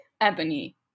Ebony